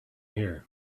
here